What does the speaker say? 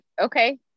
Okay